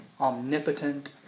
omnipotent